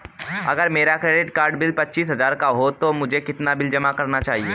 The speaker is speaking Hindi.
अगर मेरा क्रेडिट कार्ड बिल पच्चीस हजार का है तो मुझे कितना बिल जमा करना चाहिए?